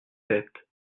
sept